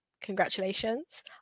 Congratulations